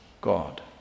God